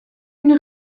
une